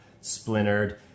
splintered